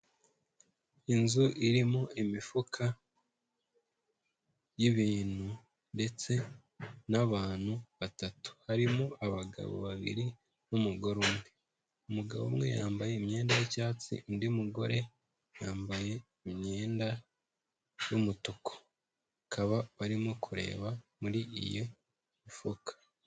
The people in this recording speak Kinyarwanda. Inzu irimo imifuka y'ibintu ndetse n'abantu batatu, harimo abagabo babiri n'umugore umwe. Umugabo umwe yambaye imyenda y'icyatsi, undi mugore yambaye imyenda y'umutuku, bakaba barimo kureba muri iyi mifuka.